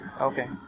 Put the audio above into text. Okay